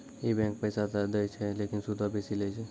इ बैंकें पैसा त दै छै लेकिन सूदो बेसी लै छै